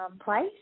place